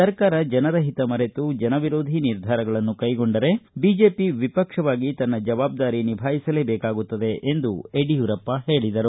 ಸರ್ಕಾರ ಜನರ ಹಿತ ಮರೆತು ಜನ ವಿರೋಧಿ ನಿರ್ಧಾರಗಳನ್ನು ಕೈಗೊಂಡರೆ ಬಿಜೆಪಿ ವಿಪಕ್ಷವಾಗಿ ತನ್ನ ಜವಾಬ್ದಾರಿ ನಿಭಾಯಿಸಲೇಬೇಕಾಗುತ್ತದೆ ಎಂದು ಹೇಳಿದರು